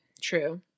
True